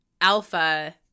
alpha –